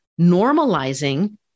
normalizing